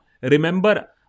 Remember